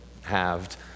halved